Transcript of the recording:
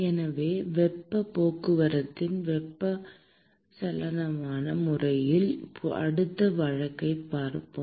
எனவே வெப்பப் போக்குவரத்தின் வெப்பச்சலன முறையின் அடுத்த வழக்கைப் பார்ப்போம்